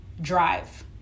drive